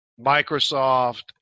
Microsoft